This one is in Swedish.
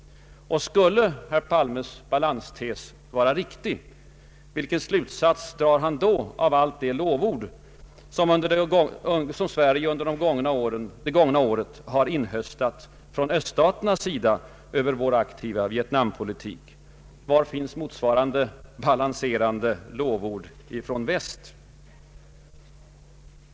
Och skulle herr Palmes balanstes vara riktig, vilken slutsats drar han då av allt det lovord som Sverige under det gångna året har inhöstat från öststaternas sida över vår aktiva Vietnampolitik? Var finns motsvarande balanserande lovord från Väst?